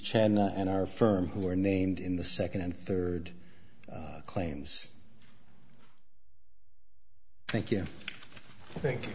chen and our firm who are named in the second and third claims thank you thank you